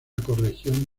ecorregión